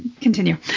continue